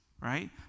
Right